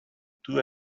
too